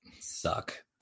suck